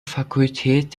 fakultät